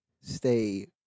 stay